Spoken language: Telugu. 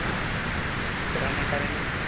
ఎప్పుడు రమ్మంటారండి